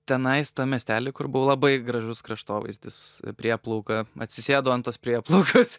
tenais tam miestely kur buvo labai gražus kraštovaizdis prieplauka atsisėdu ant tos prieplaukos